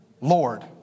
Lord